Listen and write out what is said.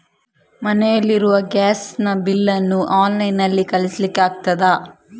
ಮನೆಯಲ್ಲಿ ಇರುವ ಗ್ಯಾಸ್ ನ ಬಿಲ್ ನ್ನು ಆನ್ಲೈನ್ ನಲ್ಲಿ ಕಳಿಸ್ಲಿಕ್ಕೆ ಆಗ್ತದಾ?